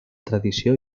tradició